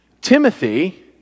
Timothy